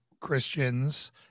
christians